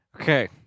Okay